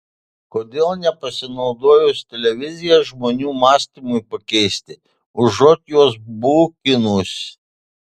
kodėl nepasinaudojus televizija žmonių mąstymui pakeisti užuot juos bukinus